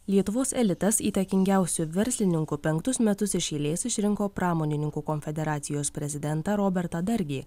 lietuvos elitas įtakingiausiu verslininku penktus metus iš eilės išrinko pramonininkų konfederacijos prezidentą robertą dargį